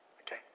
okay